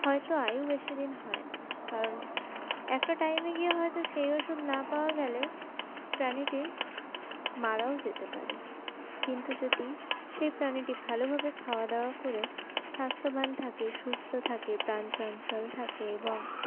হয়তো আয়ু বেশিদিন হয় না কারণ একটা টাইমে গিয়ে হয়তো সেই ওষুধ না পাওয়া গেলে প্রাণীটি মারাও যেতে পারে কিন্তু যদি সেই প্রাণীটি ভালোভাবে খাওয়া দাওয়া করে স্বাস্থ্যবান থাকে সুস্থ থাকে প্রাণ চঞ্চল থাকে এবং